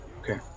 Okay